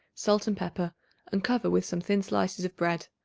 salt and pepper and cover with some thin slices of bread.